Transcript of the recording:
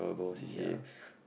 ya